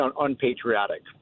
unpatriotic